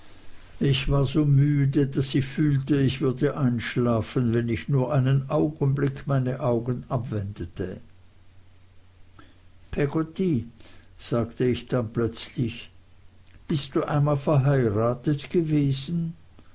ich war so müde daß ich fühlte ich würde einschlafen wenn ich nur einen augenblick meine augen abwendete peggotty sagte ich dann plötzlich bist du einmal verheiratet gewesen